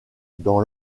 dans